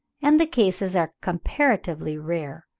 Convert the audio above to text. and the cases are comparatively rare.